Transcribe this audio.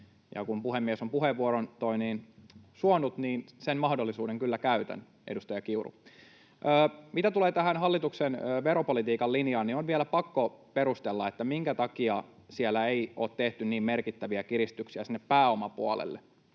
kun puhemies on puheenvuoron suonut, niin sen mahdollisuuden kyllä käytän, edustaja Kiuru. Mitä tulee tähän hallituksen veropolitiikan linjaan, niin on vielä pakko perustella, minkä takia siellä ei ole tehty niin merkittäviä kiristyksiä sinne pääomapuolelle.